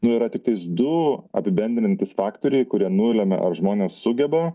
nu yra tiktais du apibendrinantys faktoriai kurie nulemia ar žmonės sugeba